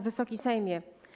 Wysoki Sejmie!